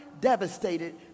devastated